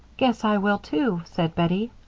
guess i will, too, said bettie.